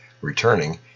Returning